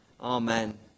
Amen